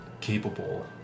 capable